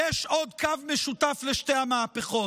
יש עוד קו משותף לשתי המהפכות: